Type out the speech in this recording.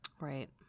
Right